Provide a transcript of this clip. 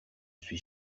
suis